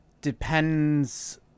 depends